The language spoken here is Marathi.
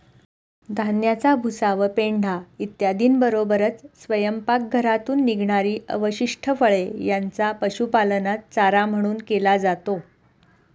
धान्याचा भुसा व पेंढा इत्यादींबरोबरच स्वयंपाकघरातून निघणारी अवशिष्ट फळे यांचा पशुपालनात चारा म्हणून केला जातो